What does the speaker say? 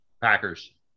Packers